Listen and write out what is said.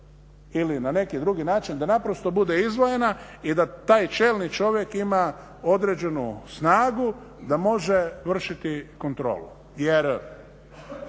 ili na neki drugi način da naprosto bude izdvojena i da taj čelni čovjek ima određenu snagu da može vršiti kontrolu.